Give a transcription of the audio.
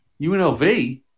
UNLV